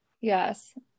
Yes